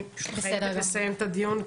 אני פשוט חייבת לסיים את הדיון.